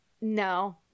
no